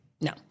No